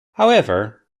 however